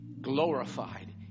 glorified